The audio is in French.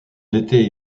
étaient